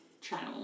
channel